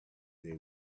they